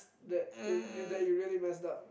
that it that you really messed up